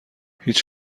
هیچ